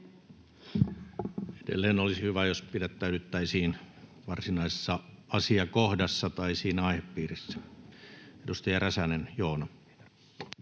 Edelleen olisi hyvä, jos pidättäydyttäisiin varsinaisessa asiakohdassa tai siinä aihepiirissä. — Edustaja Räsänen, Joona.